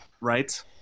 Right